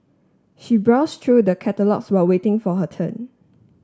she browse through the catalogues while waiting for her turn